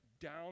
down